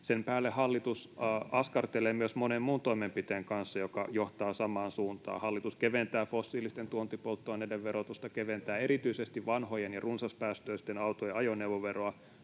Sen päälle hallitus askartelee myös monen muun toimenpiteen kanssa, joka johtaa samaan suuntaan. Hallitus keventää fossiilisten tuontipolttoaineiden verotusta, keventää erityisesti vanhojen ja runsaspäästöisten autojen ajoneuvoveroa,